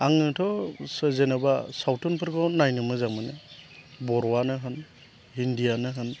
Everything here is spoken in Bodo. आङो जेन'बा सावथुनफोरखौ नायनो मोजां मोनो बर'आनो होन हिन्दीआनो होन